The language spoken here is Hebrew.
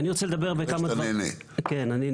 אני לא יודע, מי שמייצג את העניין.